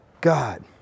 God